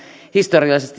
historiallisen